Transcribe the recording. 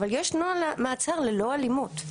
אבל יש נוהל מעצר ללא אלימות.